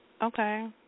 Okay